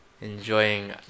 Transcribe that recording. enjoying